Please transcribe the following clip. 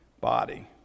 body